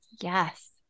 Yes